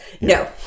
No